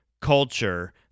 culture